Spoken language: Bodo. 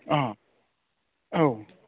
अह औ